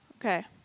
Okay